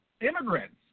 immigrants